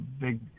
big